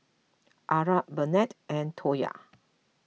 Arra Bennett and Toya